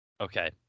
okay